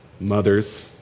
Mothers